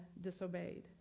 disobeyed